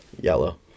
Yellow